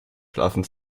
schlafen